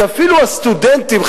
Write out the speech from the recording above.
שאפילו הסטודנטים,